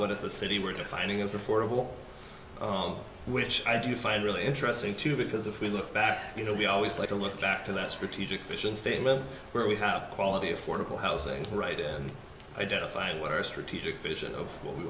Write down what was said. not what a city we're finding is affordable all of which i do find really interesting too because if we look back you know we always like to look back to that strategic vision statement where we have quality affordable housing right in identifying where our strategic vision of what we